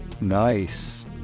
Nice